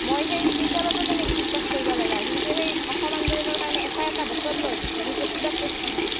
মই সেই কেতিয়াবাতে মেট্ৰিক পাছ কৰিব লগা কিন্তু সেই অসম আন্দোলনৰ কাৰণে এটা এটা বছৰ লছ হৈছে আমি প্ৰতিবাদ কৰিছিলোঁ